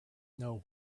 know